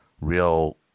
real